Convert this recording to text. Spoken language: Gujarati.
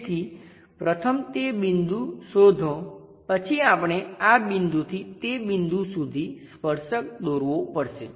તેથી પ્રથમ તે બિંદુ શોધો પછી આપણે આ બિંદુથી તે બિંદુ સુધી સ્પર્શક દોરવો પડશે